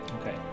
okay